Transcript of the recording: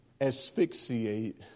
asphyxiate